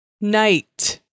night